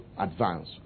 advance